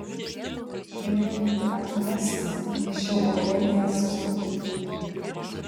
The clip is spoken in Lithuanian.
turėjo būti akylesnė anksčiau aureliją sustabdyti